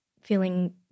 feeling